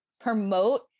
promote